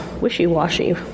wishy-washy